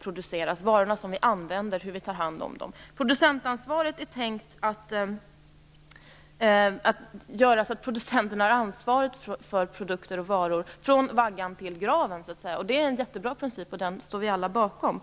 produceras, hur vi använder dem och tar hand om dem. Producentansvaret innebär att producenterna har ansvaret för produkter och varor så att säga från vaggan till graven. Det är en jättebra princip som vi alla står bakom.